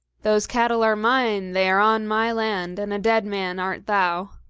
those cattle are mine they are on my land, and a dead man art thou.